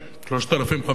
3,500,